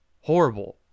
horrible